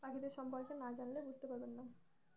পাখিদের সম্পর্কে না জানলে বুঝতে পারবেন না